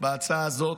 בהצעה הזאת,